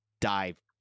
dive